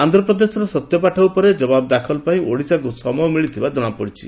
ଆନ୍ଧପ୍ରଦେଶର ସତ୍ୟପାଠ ଉପରେ ଜବାବ ଦାଖଲ ପାଇଁ ଓଡ଼ିଶାକୁ ସମୟ ମିଳିଥିବା ଜଣାପଡିଛି